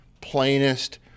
plainest